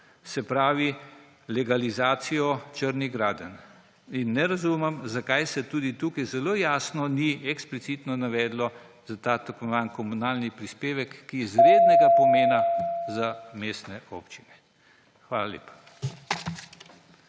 se pravi legalizacijo črnih gradenj. In ne razumem, zakaj se tudi tukaj ni zelo jasno in eksplicitno navedlo za ta tako imenovani komunalni prispevek, ki je izrednega pomena za mestne občine. Hvala lepa.